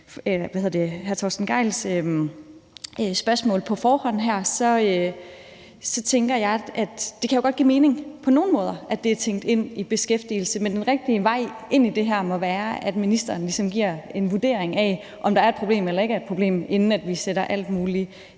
Alternativets hr. Torsten Gejls spørgsmål her på forhånd tænker jeg jo, at det på nogle måder godt kan give mening, at det er tænkt ind i forhold til beskæftigelsen, men at den rigtige vej ind i det her må være, at ministeren ligesom giver en vurdering af, om der er et problem eller der ikke er et problem, inden vi sætter alt muligt